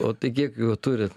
o tai kiek jų turits